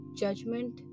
judgment